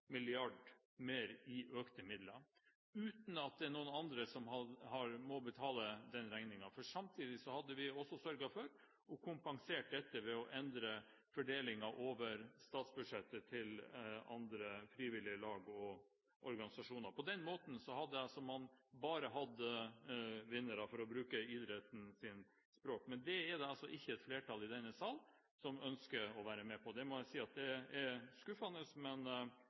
mer i økte midler – uten at noen andre hadde måttet betale den regningen. Samtidig hadde vi sørget for å kompensere dette ved å endre fordelingen over statsbudsjettet til andre frivillige lag og organisasjoner. På den måten hadde man bare hatt vinnere, for å bruke idrettens språk. Dette er det altså ikke et flertall i denne sal som ønsker å være med på. Jeg må si at det er skuffende, men